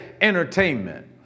entertainment